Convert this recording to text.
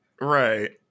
Right